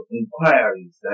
inquiries